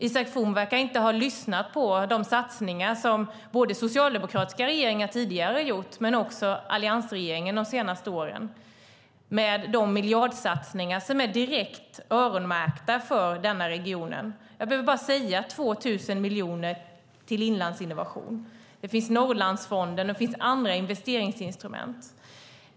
Han verkar inte ha noterat de satsningar som både tidigare socialdemokratiska regeringar och alliansregeringen har gjort de senaste åren, med de miljardsatsningar som är direkt öronmärkta för denna region. Jag behöver bara säga 2 000 miljoner till Inlandsinnovation. Det finns Norrlandsfonden och andra investeringsinstrument.